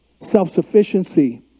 Self-sufficiency